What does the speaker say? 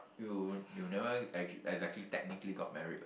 you you never actua~ exactly technically got married [what]